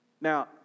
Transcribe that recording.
Now